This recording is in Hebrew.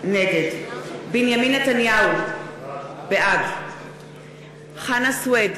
נגד בנימין נתניהו, בעד חנא סוייד,